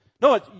No